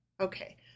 Okay